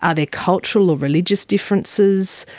are there cultural or religious differences?